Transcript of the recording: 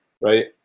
right